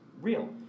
real